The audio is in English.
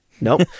Nope